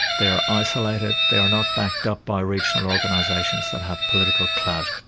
they're isolated, they are not backed up by regional organisations that have political clout.